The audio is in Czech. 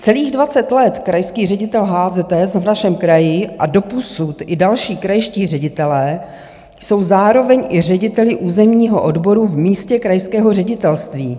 Celých dvacet let krajský ředitel HZS v našem kraji a doposud i další krajští ředitelé jsou zároveň i řediteli územního odboru v místě krajského ředitelství.